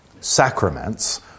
sacraments